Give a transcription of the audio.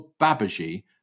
Babaji